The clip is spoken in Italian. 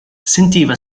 sentiva